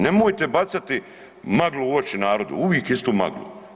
Nemojte bacati maglu u oči narodu, uvijek istu maglu.